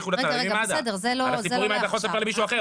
אז סיפורים אתה יכול לספר למישהו אחר,